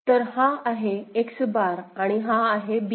तर हा आहे X बार आणि हा आहे Bn